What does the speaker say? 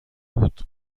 بود